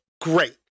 great